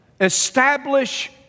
establish